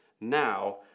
Now